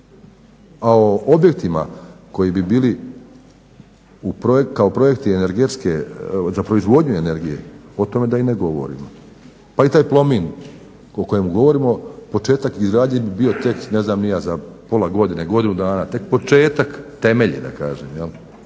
A o objektima koji bi bili kao projekti energetske, za proizvodnju energije o tome da i ne govorimo. Pa i taj Plomin o kojemu govorimo, početak izgradnje bi bio tek ne znam ni ja za pola godine, godinu dana, tek početak temelji da kažem